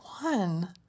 one